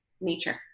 nature